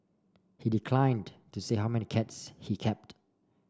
he declined to say how many cats he kept